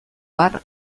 har